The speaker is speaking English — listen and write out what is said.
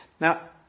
Now